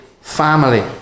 family